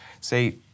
say